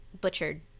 butchered